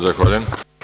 Zahvaljujem.